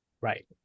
Right